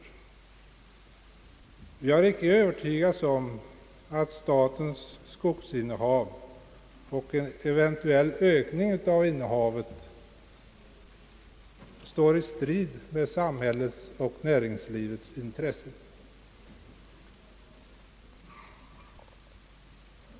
Vi har icke blivit övertygade om att statens skogsinnehav och en eventuell ökning av innehavet står i strid med samhällets och näringslivets intressen.